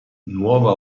nuova